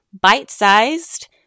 bite-sized